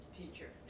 teacher